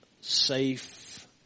safe